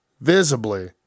Visibly